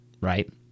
right